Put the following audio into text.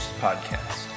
podcast